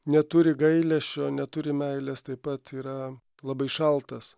neturi gailesčio neturi meilės taip pat yra labai šaltas